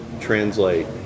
translate